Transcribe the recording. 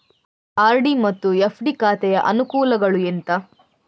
RD ಮತ್ತು FD ಖಾತೆಯ ಅನುಕೂಲಗಳು ಎಂತ?